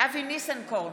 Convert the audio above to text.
אבי ניסנקורן,